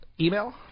email